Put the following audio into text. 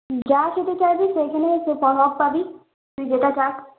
যা খেতে চাইবি সেখানে সে পাবি তুই যেটা চাস